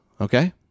Okay